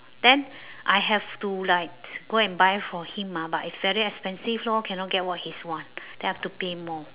then I have to like go and buy for him ah but it's very expensive lor cannot get what he's want then I have to pay more